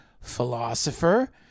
philosopher